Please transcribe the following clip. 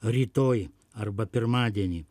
rytoj arba pirmadienį